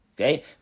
Okay